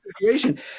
situation